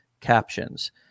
captions